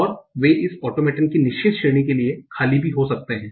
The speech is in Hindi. और वे इस ऑटोमेटन की निश्चित श्रेणी के लिए खाली भी हो सकते हैं